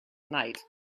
night